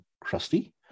crusty